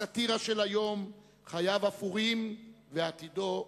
הסאטירה של היום, חייו אפורים ועתידו אפור.